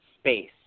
space